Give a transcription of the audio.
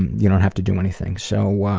you don't have to do anything. so